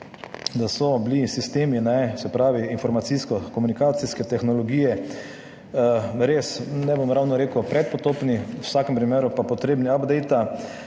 da so bili sistemi, se pravi informacijsko komunikacijske tehnologije res, ne bom ravno rekel predpotopni, v vsakem primeru pa potrebni update-a